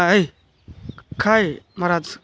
ಏಯ್ ಕಾಯ್ ಮರಾಜ್